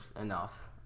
enough